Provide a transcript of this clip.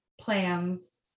plans